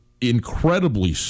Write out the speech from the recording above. incredibly